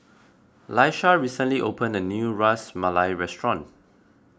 Laisha recently open a new Ras Malai restaurant